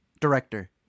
director